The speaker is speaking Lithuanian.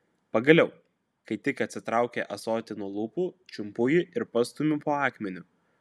pagaliau kai tik atitraukia ąsotį nuo lūpų čiumpu jį ir pastumiu po akmeniu